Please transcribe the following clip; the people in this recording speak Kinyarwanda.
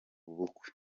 bukwe